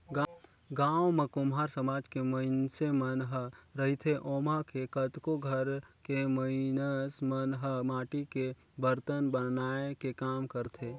गाँव म कुम्हार समाज के मइनसे मन ह रहिथे ओमा के कतको घर के मइनस मन ह माटी के बरतन बनाए के काम करथे